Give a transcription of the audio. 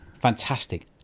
Fantastic